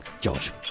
Josh